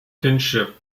kinship